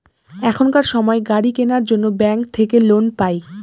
এখনকার সময় গাড়ি কেনার জন্য ব্যাঙ্ক থাকে লোন পাই